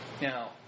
Now